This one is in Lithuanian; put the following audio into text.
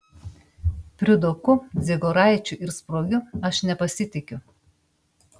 priudoku dziegoraičiu ir spruogiu aš nepasitikiu